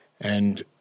And-